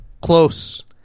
close